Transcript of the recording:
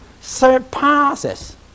surpasses